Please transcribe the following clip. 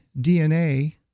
DNA